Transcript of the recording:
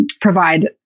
provide